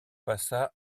passa